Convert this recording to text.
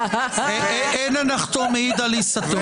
אין הנחתום מעיד על עיסתו.